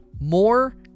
more